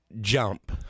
jump